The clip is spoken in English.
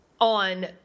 on